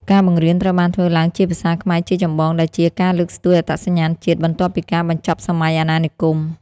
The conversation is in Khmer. ការបង្រៀនត្រូវបានធ្វើឡើងជាភាសាខ្មែរជាចម្បង ដែលជាការលើកស្ទួយអត្តសញ្ញាណជាតិបន្ទាប់ពីការបញ្ចប់សម័យអាណានិគម។